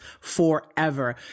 forever